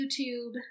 YouTube